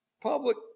public